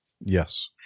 Yes